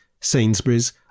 Sainsbury's